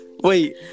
Wait